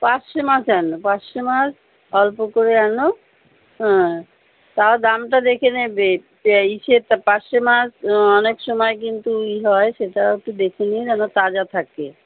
পার্সে মাছ আনো পার্সে মাছ অল্প করে আনো হ্যাঁ তাও দামটা দেখে নেবে যে ইয়ের তা পার্সে মাছ অনেক সময় কিন্তু ই হয় সেটাও একটু দেখে নিও যেন তাজা থাকে